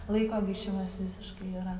laiko gaišimas visiškai yra